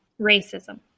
racism